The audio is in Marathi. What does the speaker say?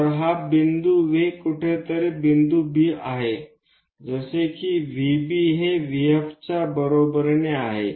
तर हा बिंदू V कुठेतरी बिंदू B आहे जसे की VB हे VF च्या बरोबरीने आहे